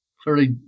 Clearly